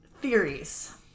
Theories